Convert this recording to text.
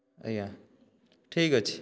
ଆଜ୍ଞା ଠିକ ଅଛି